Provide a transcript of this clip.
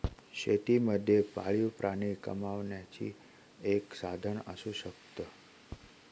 शेती मध्ये पाळीव प्राणी कमावण्याचं एक साधन असू शकतो